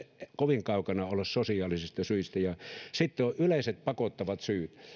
kovin kaukana olla sosiaalisista syistä ja sitten ovat yleiset pakottavat syyt